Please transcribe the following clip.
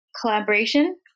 collaboration